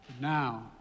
Now